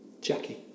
Jackie